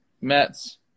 Mets